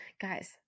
Guys